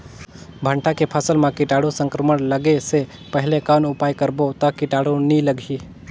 भांटा के फसल मां कीटाणु संक्रमण लगे से पहले कौन उपाय करबो ता कीटाणु नी लगही?